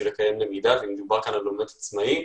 לקיים למידה ומדובר על למידה עצמאית,